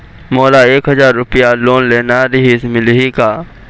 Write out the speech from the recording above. मोला एक हजार रुपया लोन लेना रीहिस, मिलही का?